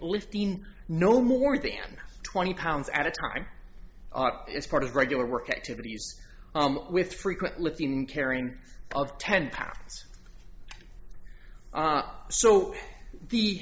lifting no more than twenty pounds at a time is part of regular work activities with frequent lifting carrying of ten pounds so the